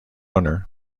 owner